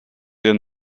der